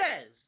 says